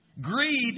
Greed